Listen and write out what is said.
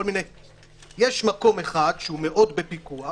יש מקום אחד שהוא מאוד בפיקוח